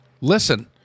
Listen